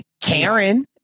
Karen